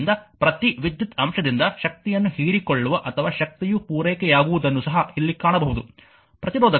ಆದ್ದರಿಂದ ಪ್ರತಿ ವಿದ್ಯುತ್ ಅಂಶದಿಂದ ಶಕ್ತಿಯನ್ನು ಹೀರಿಕೊಳ್ಳುವ ಅಥವಾ ಶಕ್ತಿಯು ಪೂರೈಕೆಯಾಗುವುದನ್ನು ಸಹ ಇಲ್ಲಿ ಕಾಣಬಹುದು